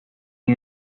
you